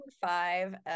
five